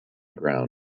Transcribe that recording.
ground